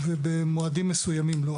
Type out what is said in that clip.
ובמועדים מסוימים לא.